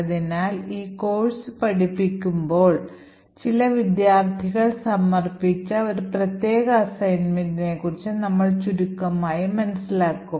അതിനാൽ ഈ കോഴ്സ് പഠിപ്പിക്കുമ്പോൾ ചില വിദ്യാർത്ഥികൾ സമർപ്പിച്ച ഒരു പ്രത്യേക അസൈൻമെന്റിനെക്കുറിച്ച് നമ്മൾ ചുരുക്കമായി മനസ്സിലാക്കും